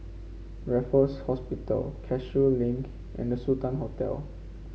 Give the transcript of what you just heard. Raffles Hospital Cashew Link and The Sultan Hotel